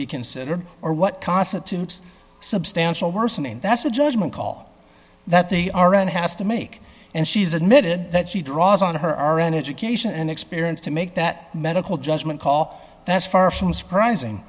be considered or what constitutes substantial worsening that's a judgment call that the r n has to make and she's admitted that she draws on her are an education and experience to make that medical judgment call that's far from surprising